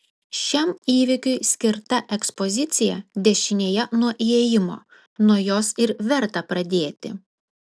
šiam įvykiui skirta ekspozicija dešinėje nuo įėjimo nuo jos ir verta pradėti